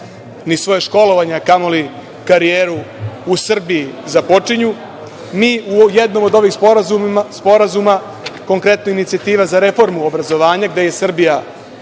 ni svoje školovanje, a kamoli, karijeru u Srbiji započinju. Mi u jednom od ovih sporazuma, konkretno Inicijativa za reformu obrazovanja, gde je Srbija